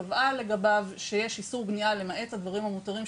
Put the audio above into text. קבעה לגביו שיש איסור בנייה למעט הדברים המותרים,